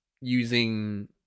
using